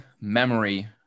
memory